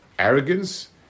Arrogance